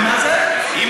הם הרבה יותר חכמים מכם,